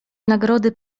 nagrody